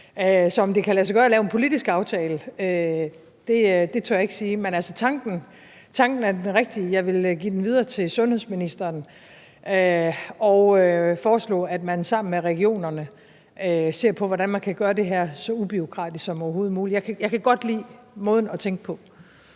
Så om det kan lade sig gøre at lave en politisk aftale, tør jeg ikke sige, men tanken er den rigtige. Jeg vil give den videre til sundhedsministeren og foreslå, at man sammen med regionerne ser på, hvordan man kan gøre det her så ubureaukratisk som overhovedet muligt. Jeg kan godt lide måden at tænke på.